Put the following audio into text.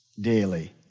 daily